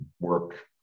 work